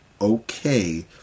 okay